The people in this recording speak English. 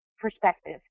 perspective